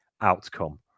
outcome